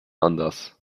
anders